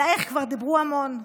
עלייך כבר דיברו המון,